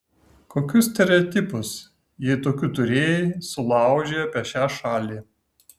kokius stereotipus jei tokių turėjai sulaužei apie šią šalį